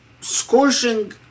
scorching